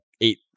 eight